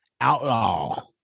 outlaw